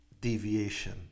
deviation